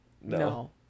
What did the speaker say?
No